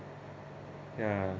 ya